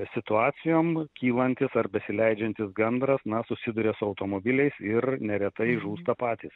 situacijom kylantis ar besileidžiantis gandras na susiduria su automobiliais ir neretai žūsta patys